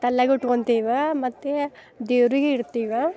ತಲ್ಯಾಗು ಇಟ್ಕೊಂತೀವಿ ಮತ್ತು ದೇವ್ರಿಗೆ ಇಡ್ತೀವಿ